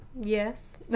yes